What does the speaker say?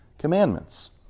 commandments